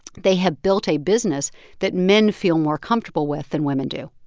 they have built a business that men feel more comfortable with than women do,